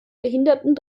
behinderten